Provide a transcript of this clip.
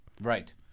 Right